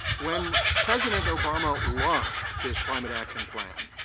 when president obama launched his climate action plan,